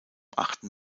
achten